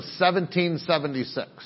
1776